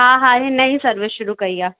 हा हा हीउ नयी सर्विस शुरू कयी आहे